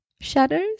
Shadows